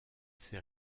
ses